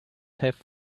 have